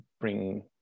bring